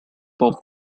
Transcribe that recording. pop